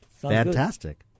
Fantastic